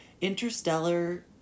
Interstellar